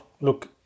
look